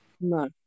no